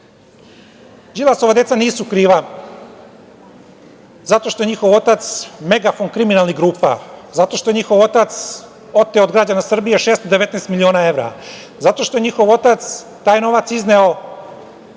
fraze. Đilasova deca nisu kriva zato što njihov otac megafon kriminalnih grupa, zato što je njihov otac oteo od građana Srbije 619 miliona evra, zato što njihov otac taj novac izneo